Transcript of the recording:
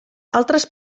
altres